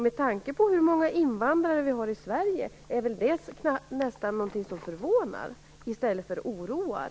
Med tanke på hur många invandrare vi har i Sverige är det väl snarare något som förvånar i stället för oroar.